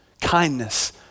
kindness